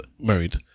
married